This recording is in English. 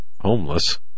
homeless